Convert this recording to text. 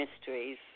mysteries